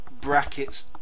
brackets